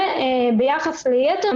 ליאת,